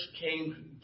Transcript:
came